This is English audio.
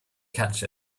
catch